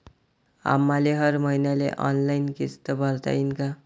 आम्हाले हर मईन्याले ऑनलाईन किस्त भरता येईन का?